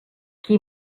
qui